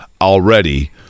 already